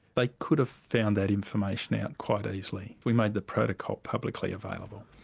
they could have found that information out quite easily, we made the protocol publicly available.